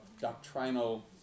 doctrinal